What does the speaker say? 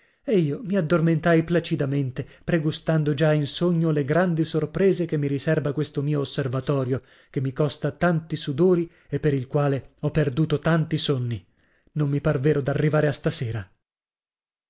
e io mi addormentai placidamente pregustando già in sogno le grandi sorprese che mi riserba questo mio osservatorio che mi costa tanti sudori e per il quale ho perduto tanti sonni non mi par vero d'arrivare a stasera